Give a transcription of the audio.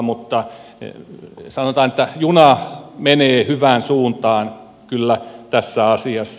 mutta sanotaan että juna menee hyvään suuntaan kyllä tässä asiassa